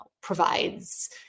provides